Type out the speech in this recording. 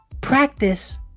practice